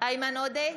איימן עודה,